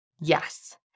yes